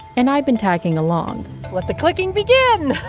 and i've been tagging along let the clicking begin.